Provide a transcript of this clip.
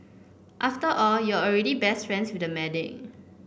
after all you're already best friends with the medic